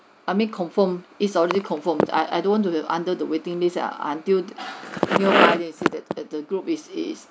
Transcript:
I mean confirmed is already confirmed I I don't want to be under the waiting list uh until you already see that that the group is is